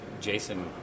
Jason